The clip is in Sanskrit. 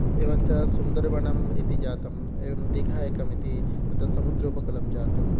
एवञ्च सुन्दरवनम् इति जातम् एवम् दिघा एकम् इति ततः समुद्रस्य उपकुलं जातम्